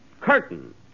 Curtain